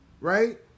right